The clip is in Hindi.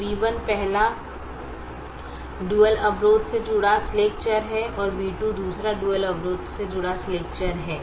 तो v1 पहला डुअल अवरोध से जुड़ा स्लैक चर है और v2 दूसरा डुअल अवरोध के साथ जुड़ा स्लैक चर है